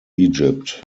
egypt